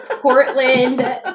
Portland